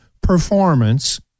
performance